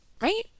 right